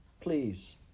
Please